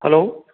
hello